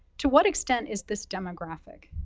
to what extent is this demographic?